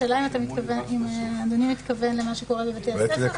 השאלה אם אדוני מתכוון למה שקורה בבתי הספר --- לא,